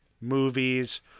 movies